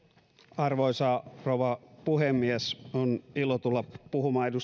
arvoisa rouva puhemies on ilo tulla puhumaan edustaja kankaanniemen